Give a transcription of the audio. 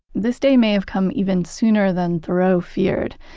this day may have come even sooner than thoreau feared.